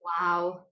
wow